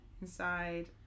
inside